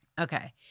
Okay